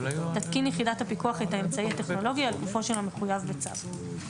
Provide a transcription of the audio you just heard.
תתקין יחידת הפיקוח את האמצעי הטכנולוגי על גופו של המחויב בצו.